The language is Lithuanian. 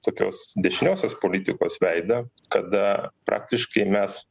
tokios dešiniosios politikos veidą kada praktiškai mes